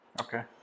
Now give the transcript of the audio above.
Okay